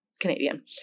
Canadian